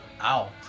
out